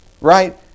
right